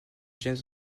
james